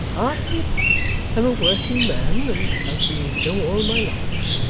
i am a working-man, and have been so, all my life.